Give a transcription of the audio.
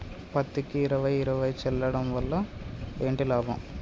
పత్తికి ఇరవై ఇరవై చల్లడం వల్ల ఏంటి లాభం?